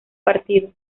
partido